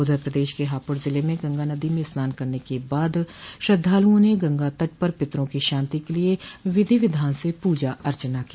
उधर प्रदेश के हापुड़ जिले में गंगा नदी में स्नान करने के बाद श्रद्धालुओं ने गंगा तट पर पित्तरों की शांति के लिये विधि विधान से पूजा अर्चना की